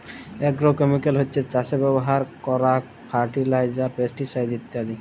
agrochemical হছ্যে চাসে ব্যবহার করারক ফার্টিলাইজার, পেস্টিসাইড ইত্যাদি